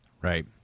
Right